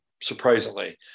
surprisingly